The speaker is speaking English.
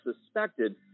suspected